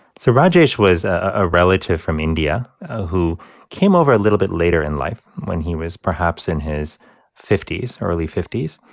so rajesh was a relative from india who came over a little bit later in life when he was perhaps in his fifty s, early fifty s.